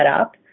up